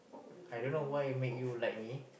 I don't know why make you like me